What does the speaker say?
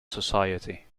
society